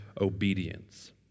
obedience